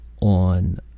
on